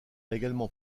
également